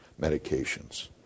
medications